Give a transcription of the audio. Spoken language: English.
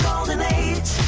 golden age